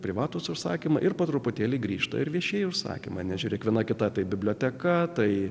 privatūs užsakymai ir po truputėlį grįžta ir viešieji užsakymai nežiūrėk viena kitą tai biblioteka tai